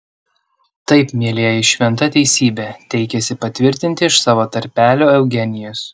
taip mielieji šventa teisybė teikėsi patvirtinti iš savo tarpelio eugenijus